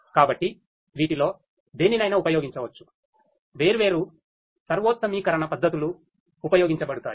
కాబట్టి వీటిలో దేనినైనా ఉపయోగించవచ్చు వేర్వేరు సర్వోత్తమీకరణ పద్ధతులు ఉపయోగించబడతాయి